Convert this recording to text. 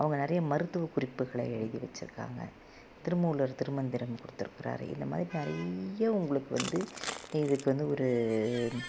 அவங்க நிறைய மருத்துவ குறிப்புகளை எழுதி வெச்சுருக்காங்க திருமூலர் திருமந்திரம் கொடுத்துருக்கறாரு இதை மாதிரி நிறைய உங்களுக்கு வந்து இதுக்கு வந்து ஒரு